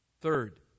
Third